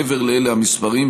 מעבר לאלה המספריים,